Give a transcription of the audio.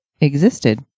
existed